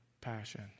Passion